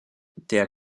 der